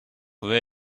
where